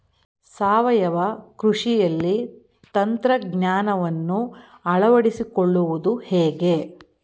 ಸಾವಯವ ಕೃಷಿಯಲ್ಲಿ ತಂತ್ರಜ್ಞಾನವನ್ನು ಅಳವಡಿಸಿಕೊಳ್ಳುವುದು ಹೇಗೆ?